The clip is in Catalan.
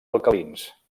alcalins